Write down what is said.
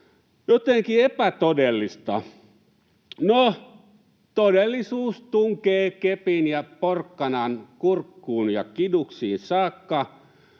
Jotenkin epätodellista. No, todellisuus tunkee kepin ja porkkanan kurkkuun ja kiduksiin saakka.